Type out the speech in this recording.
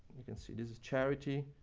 you can see this is charity,